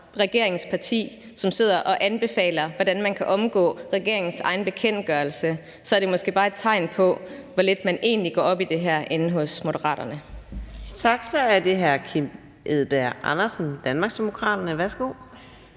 regeringens parti, som anbefaler, hvordan man kan omgå regeringens egen bekendtgørelse, så er det måske bare et tegn på, hvor lidt man egentlig går op i det her inde hos Moderaterne. Kl. 15:25 Anden næstformand (Karina Adsbøl): Tak. Så er det hr. Kim Edberg Andersen, Danmarksdemokraterne. Værsgo.